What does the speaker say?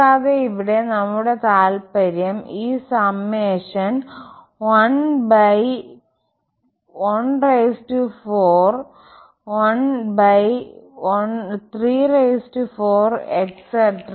കൂടാതെ ഇവിടെ നമ്മുടെ താൽപ്പര്യം ഈ സമ്മേഷൻ 114134